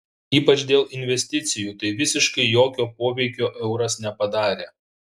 ypač dėl investicijų tai visiškai jokio poveikio euras nepadarė